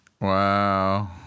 Wow